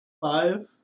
five